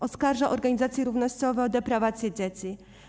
Oskarża organizacje równościowe o deprawację dzieci.